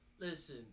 listen